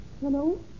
Hello